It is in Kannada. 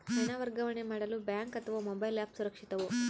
ಹಣ ವರ್ಗಾವಣೆ ಮಾಡಲು ಬ್ಯಾಂಕ್ ಅಥವಾ ಮೋಬೈಲ್ ಆ್ಯಪ್ ಸುರಕ್ಷಿತವೋ?